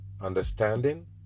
understanding